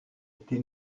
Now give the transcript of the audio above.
été